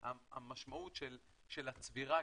המשמעות של הצבירה,